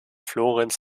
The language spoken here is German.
florenz